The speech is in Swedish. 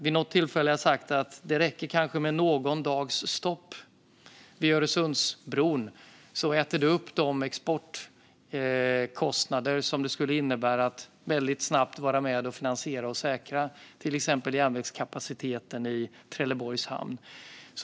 Vid något tillfälle har jag sagt att det kanske räcker med någon dags stopp vid Öresundsbron för att äta upp de exportkostnader som det skulle innebära att snabbt vara med och finansiera och säkra till exempel järnvägskapaciteten i Trelleborgs hamn.